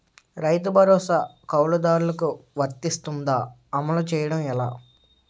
రైతు భరోసా కవులుదారులకు వర్తిస్తుందా? అమలు చేయడం ఎలా